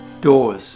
Doors